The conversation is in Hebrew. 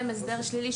אני לא מתנגדת מבחינתי.